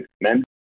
men